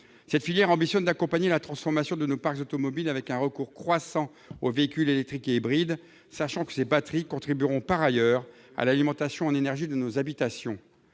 Cette filière ambitionne d'accompagner la transformation de nos parcs automobiles avec un recours croissant aux véhicules électriques et hybrides. Ces batteries contribueront, par ailleurs, à l'alimentation en énergie de nos habitations.